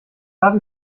habe